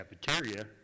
cafeteria